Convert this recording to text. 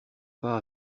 pas